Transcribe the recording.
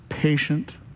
patient